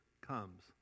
comes